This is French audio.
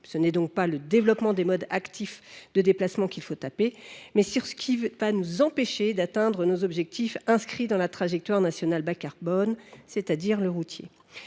Ce n’est donc pas sur le développement des modes actifs de déplacement qu’il faut taper ; c’est sur ce qui va nous empêcher d’atteindre nos objectifs inscrits dans la stratégie nationale bas carbone, notamment pour